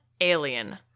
Alien